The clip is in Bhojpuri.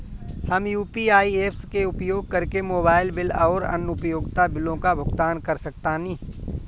हम यू.पी.आई ऐप्स के उपयोग करके मोबाइल बिल आउर अन्य उपयोगिता बिलों का भुगतान कर सकतानी